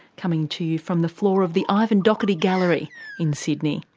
coming to you from the floor of the ivan dougherty gallery in sydney.